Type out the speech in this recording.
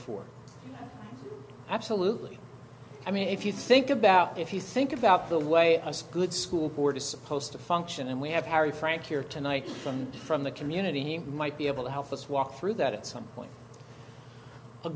four absolutely i mean if you think about if you think about the way a good school board is supposed to function and we have harry frank here tonight from from the community who might be able to help us walk through that at some point a